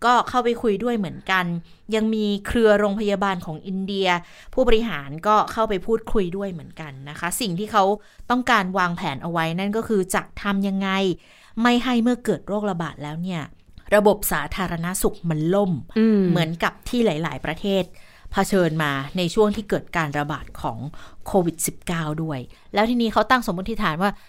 ก็เข้าไปคุยด้วยเหมือนกัน ยังมีเครือโรงพยาบาลของอินเดีย ผู้บริหารก็เข้าไปพูดคุยด้วยเหมือนกันนะคะ สิ่งที่เขาต้องการวางแผนเอาไว้นั่นก็คือจะทำยังไงไม่ให้เมื่อเกิดโรคระบาดแล้วเนี่ยระบบสาธารณสุขมันล่มอืมเหมือนกับที่หลายๆประเทศเผชิญมาในช่วงที่เกิดการระบาดของ โควิด-19 ด้วย แล้วทีนี้เขาตั้งสมมติฐานว่า